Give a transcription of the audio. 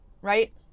right